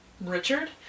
Richard